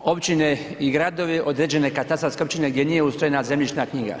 općine i gradovi, određene katastarske općine gdje nije ustrojena zemljišna knjiga.